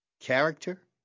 character